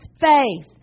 faith